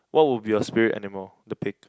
what would be your spirit animal the pig